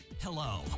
Hello